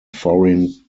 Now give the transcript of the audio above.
foreign